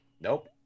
Nope